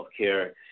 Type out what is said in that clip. healthcare